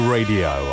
Radio